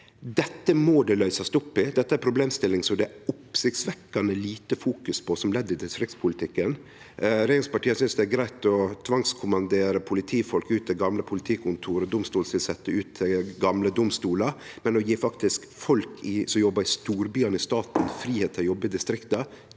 Dette må det løysast opp i. Det er ei problemstilling ein fokuserer oppsiktsvekkjande lite på som ledd i distriktspolitikken. Regjeringspartia synest det er greitt å tvangskommandere politifolk ut til gamle politikontor og domstolstilsette ut til gamle domstolar, men å gje folk som jobbar i staten i storbyane fridom til å jobbe i distrikta,